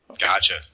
Gotcha